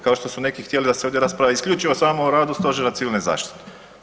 Kao što su ovdje neki htjeli da se ovdje raspravlja isključivo samo o radu Stožera civilne zaštite.